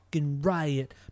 riot